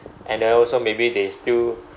and then also maybe they still